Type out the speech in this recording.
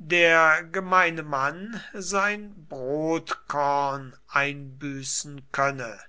der gemeine mann sein brotkorn einbüßen könne